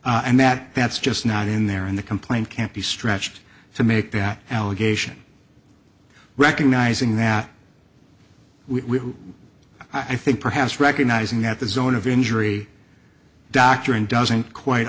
and that that's just not in there in the complaint can't be stretched to make that allegation recognizing that we i think perhaps recognizing that the zone of injury doctrine doesn't quite